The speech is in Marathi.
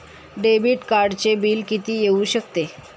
डेबिट कार्डचे बिल किती येऊ शकते?